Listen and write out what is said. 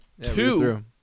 Two